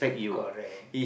correct